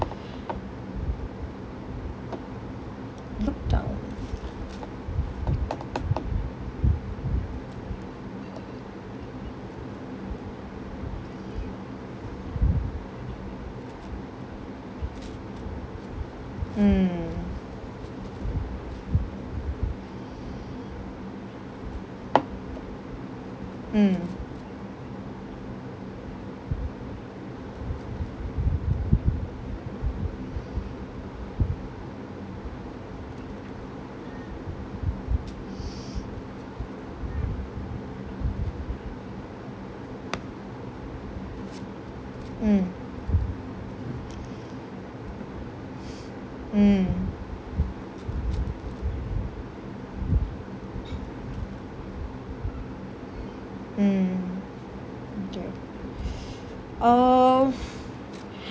looked down mm mm mm mm mm mm kay um